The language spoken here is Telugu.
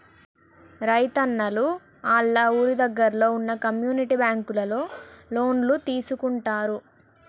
రైతున్నలు ఆళ్ళ ఊరి దగ్గరలో వున్న కమ్యూనిటీ బ్యాంకులలో లోన్లు తీసుకుంటారు